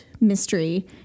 mystery